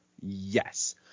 Yes